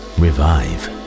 revive